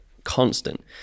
Constant